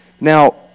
now